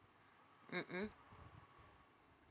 mmhmm